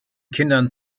kindern